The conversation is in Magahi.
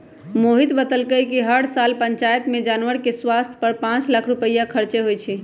मोहित बतलकई कि हर साल पंचायत में जानवर के स्वास्थ पर पांच लाख रुपईया खर्च होई छई